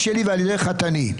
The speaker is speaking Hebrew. -- שלי ועל ידי חתני.